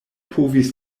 povis